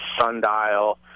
Sundial